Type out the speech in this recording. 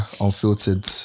unfiltered